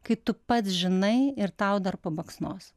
kai tu pats žinai ir tau dar pabaksnos